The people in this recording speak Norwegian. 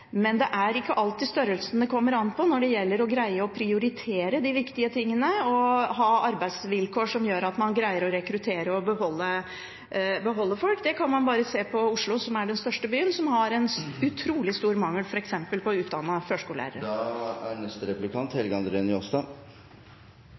Men det er ikke alltid størrelsen det kommer an på når det gjelder å prioritere de viktige tingene og ha arbeidsvilkår som gjør at man greier å rekruttere og beholde folk. Man kan bare se på Oslo, som er den største byen, som har en utrolig stor mangel f.eks. på utdannede førskolelærere.